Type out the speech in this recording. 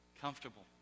comfortable